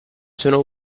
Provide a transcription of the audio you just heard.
sono